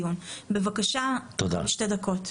בבקשה, שתי דקות.